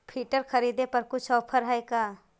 Filter खरिदे पर कुछ औफर है का?